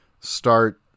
start